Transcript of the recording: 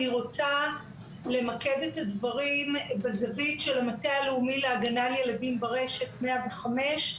אני רוצה למקד בזווית של המטה הלאומי להגנה על ילדים ברשת מוקד 105,